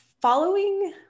following